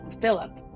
Philip